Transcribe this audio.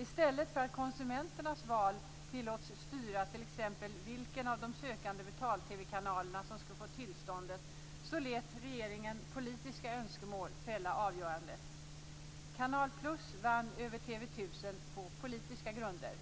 I stället för att konsumenternas val tillåts styra t.ex. vilken av de sökande betal-TV-kanalerna som skall få tillstånd lät regeringen politiska önskemål fälla avgörandet. Kanal plus vann över TV 1000 på politiska grunder.